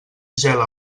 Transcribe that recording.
gela